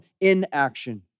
inaction